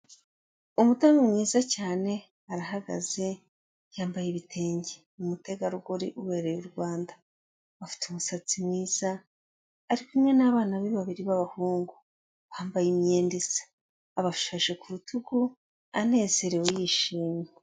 Umudamu mwiza cyane arahagaze yambaye ibitenge, ni umutegarugori ubereye u Rwanda, afite umusatsi mwiza, ari kumwe n'abana be babiri b'abahungu, bambaye imyenda isa abafashe ku rutugu anezerewe yishimye.